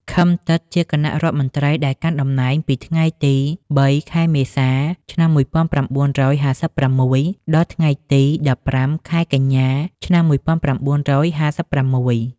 ឃឹម ទិតជាគណៈរដ្ឋមន្ត្រីដែលកាន់តំណែងពីថ្ងៃទី ៣ ខែមេសា ឆ្នាំ១៩៥៦ ដល់ថ្ងៃទី ១៥ ខែកញ្ញា ឆ្នាំ១៩៥៦។